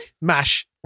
mash